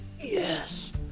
Yes